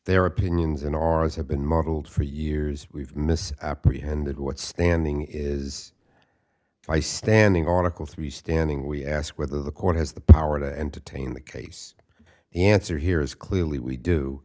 their opinions in ours have been modeled for years we've missed apprehended what standing is by standing article three standing we ask whether the court has the power to entertain the case the answer here is clearly we do